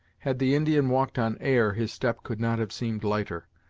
had the indian walked on air, his step could not have seemed lighter.